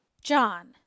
John